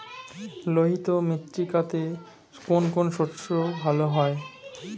লোহিত মৃত্তিকাতে কোন কোন শস্য ভালো হয়?